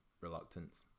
reluctance